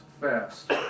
fast